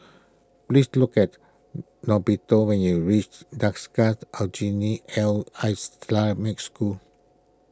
please look at Norberto when you reach Aljunied L Islamic School